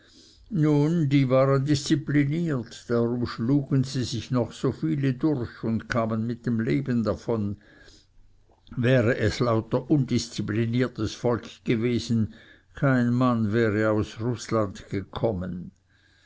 nun die waren diszipliniert darum schlugen sich noch so viele durch und kamen mit dem leben davon wäre es lauter undiszipliniertes volk gewesen kein mann wäre aus rußland gekommen